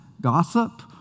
gossip